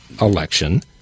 election